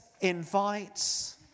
invites